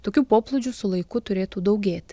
tokių poplūdžių su laiku turėtų daugėti